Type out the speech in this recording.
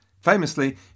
Famously